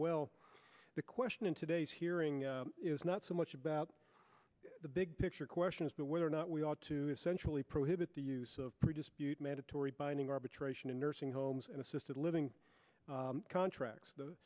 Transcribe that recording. well the question in today's hearing is not so much about the big picture question as to whether or not we ought to essentially prohibit the use of produced mandatory binding arbitration in nursing homes and assisted living contracts the